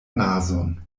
nazon